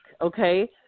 okay